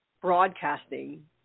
broadcasting